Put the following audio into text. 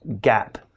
gap